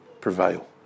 prevail